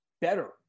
better